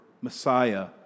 Messiah